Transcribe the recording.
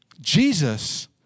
Jesus